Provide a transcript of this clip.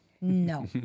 No